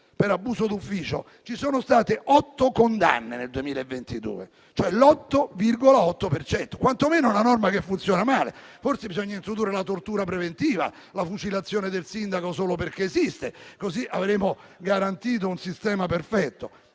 Per abuso d'ufficio, nel 2022, ci sono state 8 condanne, pari all'8,8 per cento. Quantomeno è una norma che funziona male, forse bisogna introdurre la tortura preventiva, la fucilazione del sindaco solo perché esiste, così avremo garantito un sistema perfetto.